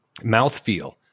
Mouthfeel